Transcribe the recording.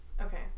Okay